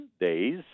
days